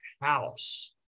house